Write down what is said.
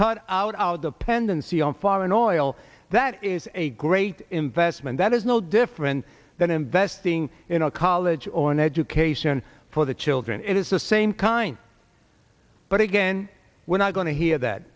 out out of pendency on foreign oil that is a great investment that is no different than investing in a college or an education for the children it is the same kind but again we're not going to hear that